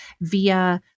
via